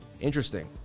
Interesting